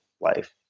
life